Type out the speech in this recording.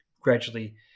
gradually